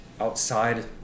outside